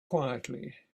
quietly